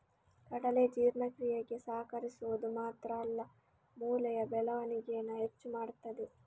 ಕಡಲೆ ಜೀರ್ಣಕ್ರಿಯೆಗೆ ಸಹಕರಿಸುದು ಮಾತ್ರ ಅಲ್ಲ ಮೂಳೆಯ ಬೆಳವಣಿಗೇನ ಹೆಚ್ಚು ಮಾಡ್ತದೆ